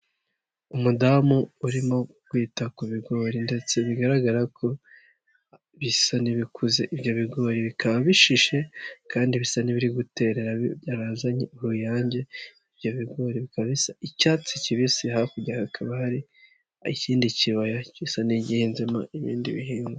Umudamu urimo kwita ku bigori ndetse bigaragara ko bisa n'ibiku, ibyogori bikaba bishishe kandi bisa n'ibiriguterera byarazanye uruyange, ibyo bigori bikaba bisa icyatsi kibisi, hakurya hakaba hari ikindi kibaya gisa n'igihinzemo ibindi bihingwa.